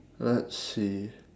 let's see